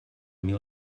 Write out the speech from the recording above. mil